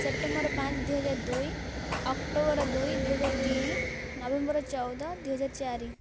September ପାଞ୍ଚ ଦୁଇ ହଜାର ଦୁଇ ଅକ୍ଟୋବର ଦୁଇ ଦୁଇ ହଜାର ତିନି ନଭେମ୍ବର ଚଉଦ ଦୁଇ ହଜାର ଚାରି